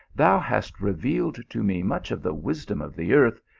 thou hast revealed to me much of the wisdom of the earth,